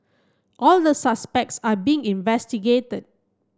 all the suspects are being investigated